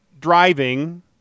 driving